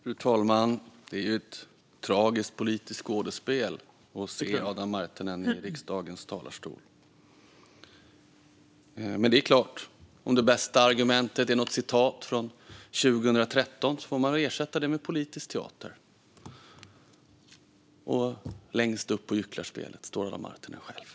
Fru talman! Det är ett tragiskt politiskt skådespel Adam Marttinen framför i riksdagens talarstol. Men det är klart att om det bästa argumentet är något citat från 2013 får man ersätta det med politisk teater, och längst fram i gyckelspelet står Adam Marttinen själv.